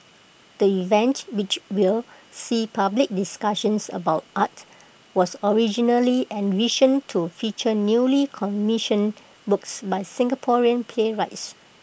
the event which will see public discussions about art was originally envisioned to feature newly commissioned works by Singaporean playwrights